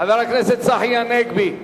חבר הכנסת צחי הנגבי.